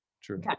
true